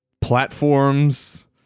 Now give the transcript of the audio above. platforms